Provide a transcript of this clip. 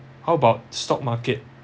how about stock market